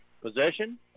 possession